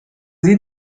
sie